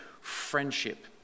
friendship